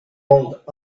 rolled